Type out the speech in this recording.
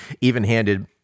even-handed